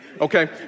okay